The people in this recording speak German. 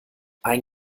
ein